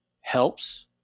helps